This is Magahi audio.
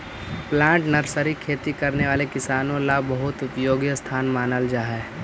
प्लांट नर्सरी खेती करने वाले किसानों ला बहुत उपयोगी स्थान मानल जा हई